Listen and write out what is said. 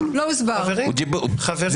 --- היא